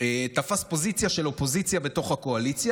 תפס פוזיציה של אופוזיציה בתוך הקואליציה,